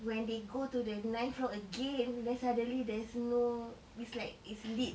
when they go to the ninth floor again then suddenly there's no it's like it's lit